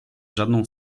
żadną